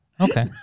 Okay